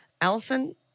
Allison